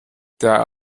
die